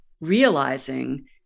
realizing